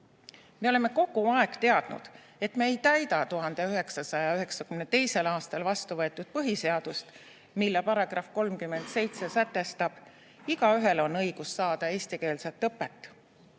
Me oleme kogu aeg teadnud, et me ei täida 1992. aastal vastu võetud põhiseadust, mille § 37 sätestab: igaühel on õigus saada eestikeelset õpet.